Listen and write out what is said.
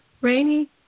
Rainy